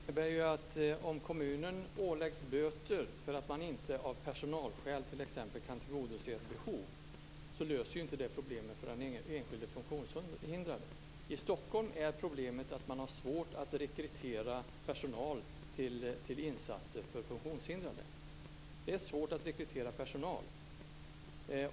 Fru talman! Det innebär att om kommunen åläggs böter för att man inte t.ex. av personalskäl kan tillgodose ett behov löser det inte problemet för den enskilde funktionshindrade. I Stockholm har man problem med att rekrytera personal till insatser för funktionshindrade.